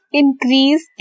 increase